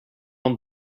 amb